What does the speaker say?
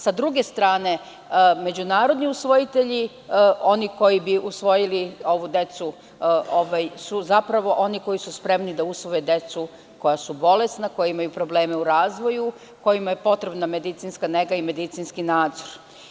S druge strane, međunarodni usvojitelji, oni koji bi usvojili decu su zapravo oni koji su spremni da usvoje decu koja su bolesna, koja imaju probleme u razvoju, kojima je potrebna medicinska nega i medicinski nadzor.